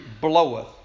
bloweth